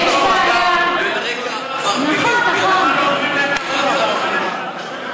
יש בעיה, אבל צריך לעשות הפרדה, נכון, נכון.